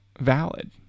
valid